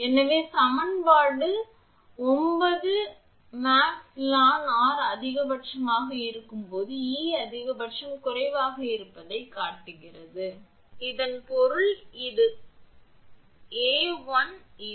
எனவே சமன்பாடு 9 max ln 𝑅 அதிகபட்சமாக இருக்கும் போது E அதிகபட்சம் குறைவாக இருப்பதைக் காட்டுகிறது இதன் பொருள் இது ஆ1 இது